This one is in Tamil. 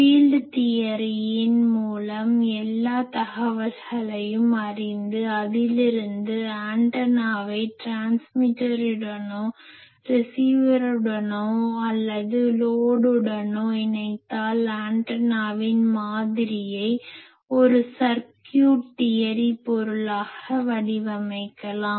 ஃபீல்ட் தியரியின் மூலம் எல்லா தகவல்களையும் அறிந்து அதிலிருந்து ஆன்டனாவை ட்ரான்ஸ்மிட்டருடனோ ரிசிவருடனோ அல்லது லோடுடனோ இணைத்தால் ஆன்டனாவின் மாதிரியை ஒரு சர்க்யூட் தியரி பொருளாக வடிவமைக்கலாம்